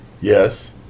Yes